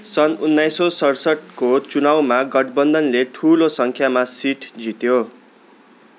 सन् उन्नाइसौँ सतसाट्ठीको चुनावमा गठबन्धनले ठुलो संख्यामा सिट जित्यो